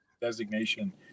designation